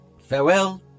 farewell